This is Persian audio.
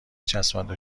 چسبانده